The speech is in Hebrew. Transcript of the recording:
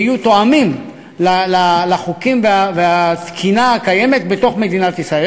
כדי שיהיו תואמים לחוקים ולתקינה הקיימים בתוך מדינת ישראל.